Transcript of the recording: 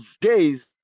days